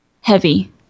heavy